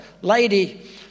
lady